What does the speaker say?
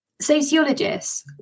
sociologists